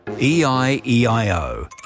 E-I-E-I-O